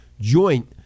Joint